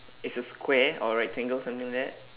it's a square or a rectangle something like that